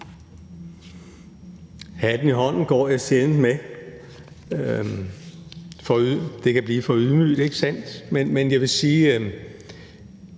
Hatten i hånden går jeg sjældent med – det kan blive for ydmygende, ikke sandt? Men jeg vil sige,